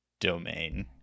domain